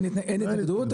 אין התנגדות,